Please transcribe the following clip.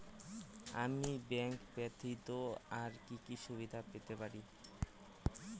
আমি ব্যাংক ব্যথিত আর কি কি সুবিধে পেতে পারি?